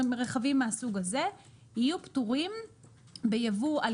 רכבים מהסוג הזה יהיו פטורים בייבוא על